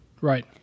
right